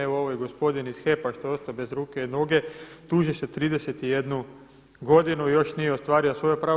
Evo ovaj gospodin iz HEP-a što je ostao bez ruke i noge tuži se 31 godinu i još nije ostvario svoje pravo.